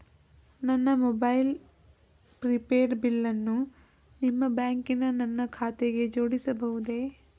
ನನ್ನ mobile prepaid ಬಿಲ್ಲನ್ನು ನಿಮ್ಮ ಬ್ಯಾಂಕಿನ ನನ್ನ ಖಾತೆಗೆ ಜೋಡಿಸಬಹುದೇ?